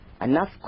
enough